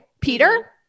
Peter